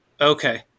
Okay